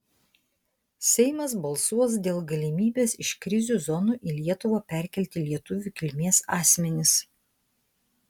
seimas balsuos dėl galimybės iš krizių zonų į lietuvą perkelti lietuvių kilmės asmenis